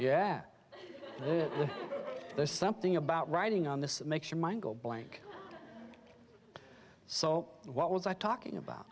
yeah there's something about writing on this that makes your mind go blank so what was i talking about